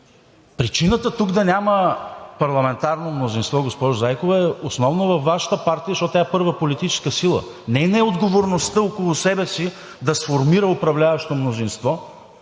Причината тук да няма парламентарно мнозинство, госпожо Зайкова, е основно във Вашата партия, защото тя е първа политическа сила. Нейна е отговорността около себе си да сформира управляващо мнозинство,